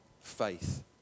faith